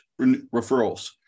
referrals